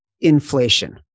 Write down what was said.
inflation